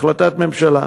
החלטת ממשלה.